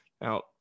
Now